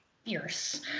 fierce